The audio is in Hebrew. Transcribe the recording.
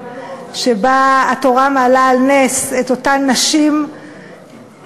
שבה התורה מעלה על נס את אותן נשים יהודיות,